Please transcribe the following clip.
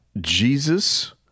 Jesus